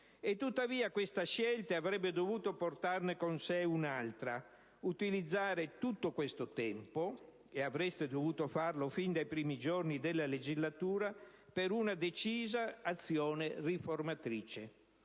Tuttavia questa scelta avrebbe dovuto portarne con sé un'altra: utilizzare tutto questo tempo, e avreste dovuto farlo fin dai primi giorni della legislatura, per una decisa azione riformatrice;